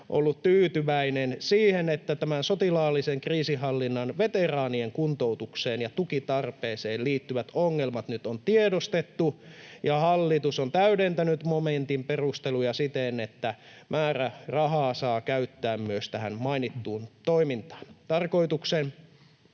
ollut tyytyväinen siihen, sotilaallisen kriisinhallinnan veteraanien kuntoutukseen ja tukitarpeeseen liittyvät ongelmat nyt on tiedostettu ja hallitus on täydentänyt momentin perusteluja siten, että määrärahaa saa käyttää myös tähän mainittuun toimintaan. Tarkoitukseen